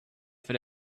for